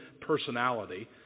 personality